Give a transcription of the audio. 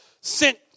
sent